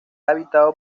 habitado